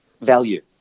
value